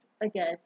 again